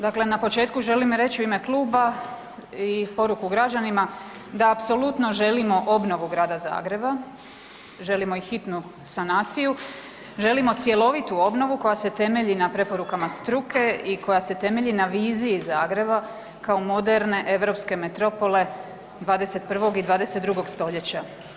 Dakle, na početku želim reći u ime kluba i poruku građanima da apsolutno želimo obnovu grada Zagreba, želimo i hitnu sanaciju, želimo cjelovitu obnovu koja se temelji na preporukama struke i koja se temelji na viziji Zagreba kao moderne europske metropole 21. i 22. stoljeća.